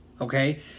Okay